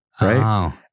right